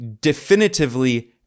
definitively